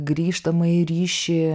grįžtamąjį ryšį